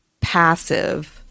passive